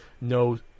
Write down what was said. no